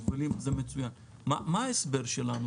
מה ההסבר שלנו?